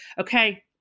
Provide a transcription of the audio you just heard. Okay